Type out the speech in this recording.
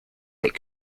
that